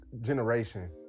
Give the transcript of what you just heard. generation